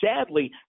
sadly